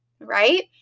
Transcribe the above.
right